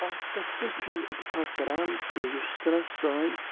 اَتھ کَتھِ سۭتۍ چھُس بہٕ اِتِفاق کَران کہِ یُس سُہ نہ سٲنۍ